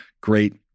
great